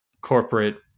corporate